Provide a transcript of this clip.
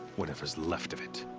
whatever's left of it.